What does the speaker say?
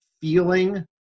feeling